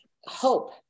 Hope